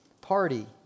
party